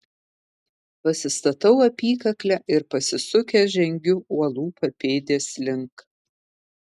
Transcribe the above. pasistatau apykaklę ir pasisukęs žengiu uolų papėdės link